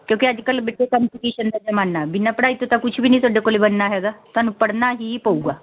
ਕਿਉਂਕਿ ਅੱਜ ਕੱਲ ਦੇਖੋ ਕੰਪੀਟੀਸ਼ਨ ਦਾ ਜ਼ਮਾਨਾ ਬਿਨਾਂ ਪੜ੍ਹਾਈ ਤੋਂ ਤਾਂ ਕੁਝ ਵੀ ਨਹੀਂ ਤੁਹਾਡੇ ਕੋਲ ਬਣਨਾ ਹੈਗਾ ਤੁਹਾਨੂੰ ਪੜ੍ਹਨਾ ਹੀ ਪਊਗਾ